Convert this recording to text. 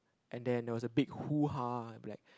and then there was a big hoo-haa will be like